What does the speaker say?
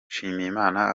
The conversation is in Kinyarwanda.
mushimiyimana